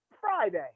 Friday